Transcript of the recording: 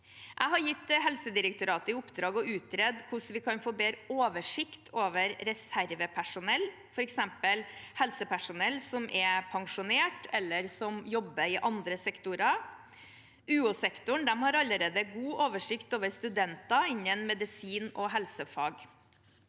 Jeg har gitt Helsedirektoratet i oppdrag å utrede hvordan vi kan få bedre oversikt over reservepersonell, f.eks. helsepersonell som er pensjonert eller som jobber i andre sektorer. UH-sektoren har allerede god oversikt over studenter innen medisin og helsefag.